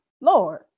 Lord